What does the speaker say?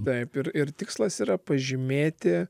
taip ir ir tikslas yra pažymėti